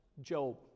Job